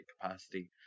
capacity